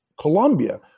Colombia